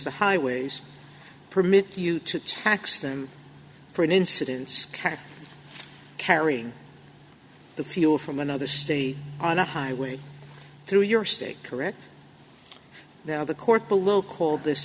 the highways permit you to tax them for an incidence can carry the fuel from another state on a highway through your state correct now the court below called this